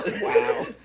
wow